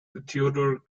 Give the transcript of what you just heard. theodore